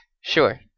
Sure